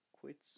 quits